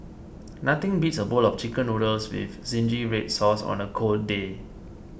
nothing beats a bowl of Chicken Noodles with Zingy Red Sauce on a cold day